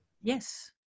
yes